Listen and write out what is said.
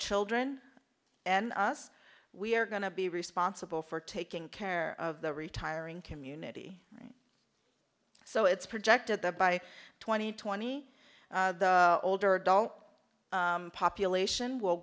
children and us we are going to be responsible for taking care of the retiring community so it's projected that by twenty twenty older adult population will